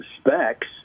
specs